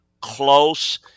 close